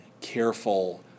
careful